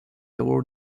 award